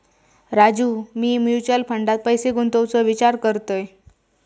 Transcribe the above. राजू, मी म्युचल फंडात पैसे गुंतवूचो विचार करतय